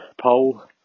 Pole